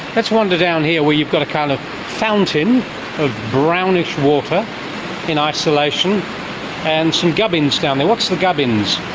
let's wander down here where you have got a kind of fountain of brownish water in isolation and some gubbins down there. what's the gubbins?